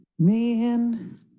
man